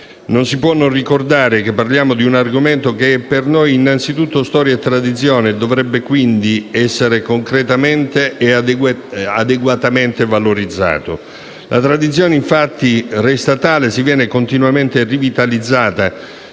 Non si può non ricordare che parliamo di un argomento che è per noi innanzitutto storia e tradizione e dovrebbe quindi essere concretamente e adeguatamente valorizzato. La tradizione, infatti, resta tale se viene continuamente rivitalizzata;